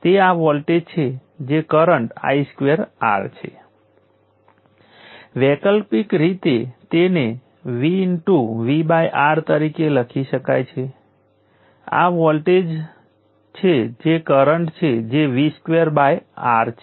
હવે મને વોલ્ટેજ સોર્સની I V લાક્ષણિકતાઓ જોશો તો V 0 છે પરંતુ I 0 કરતાં નાનો છે જે હું આ દિશામાં વ્યાખ્યાયિત કરું છું તે નેગેટિવ છે જેનો અર્થ એ છે કે જો તે ચોથા ક્વોડ્રન્ટમાં કાર્યરત હોય તો કરંટ પોઝિટિવ ટર્મિનલમાંથી બહાર નીકળી જશે